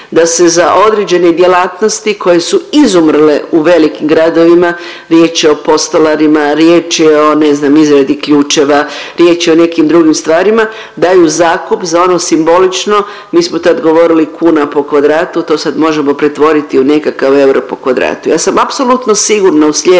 da se za određene djelatnosti koje su izumrle u velikim gradovima, riječ je postolarima, riječ je o ne znam izradi ključeva, riječ je o nekim drugim stvarima daju zakup za ono simbolično, mi smo tad govorili kuna po kvadratu to sad možemo pretvoriti u nekakav euro po kvadratu. Ja sam apsolutno sigurna u slijedeće